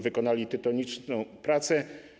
Wykonali tytaniczną pracę.